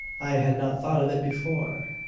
i had not thought of it before.